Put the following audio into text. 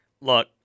Look